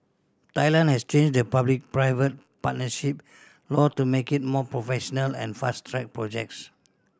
Thailand has changed the public private partnership law to make it more professional and fast track projects